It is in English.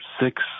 six